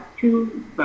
two